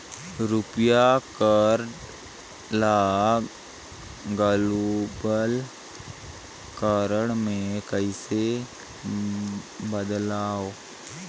रुपिया कारड ल global card मे कइसे बदलव?